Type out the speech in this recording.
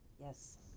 Yes